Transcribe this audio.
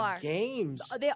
games